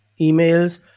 emails